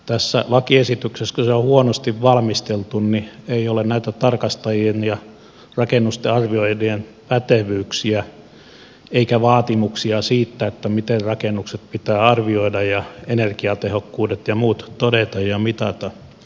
tässä lakiesityksessä kun se on huonosti valmisteltu ei ole näitä tarkastajien ja rakennusten arvioijien pätevyyksiä eikä vaatimuksia siitä miten rakennukset pitää arvioida ja energiatehokkuudet ja muut todeta ja mitata